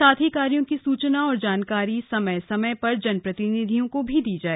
साथ ही कार्यो की सूचना और जानकारी समय समय पर जनप्रतिनिधियो को भी दी जाए